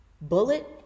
Bullet